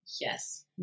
Yes